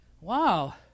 wow